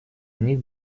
них